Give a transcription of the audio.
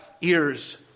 ears